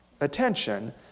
attention